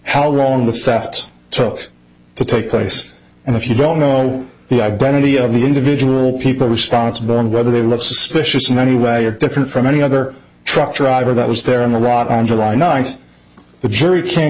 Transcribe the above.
how long the staffs took to take place and if you don't know the identity of the individual people responsible and whether they left suspicious in any way or different from any other truck driver that was there on the route on july ninth the jury can